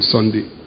Sunday